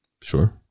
Sure